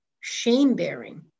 shame-bearing